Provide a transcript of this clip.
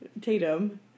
Tatum